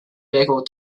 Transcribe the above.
vehicle